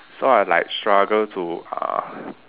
so I like struggle to uh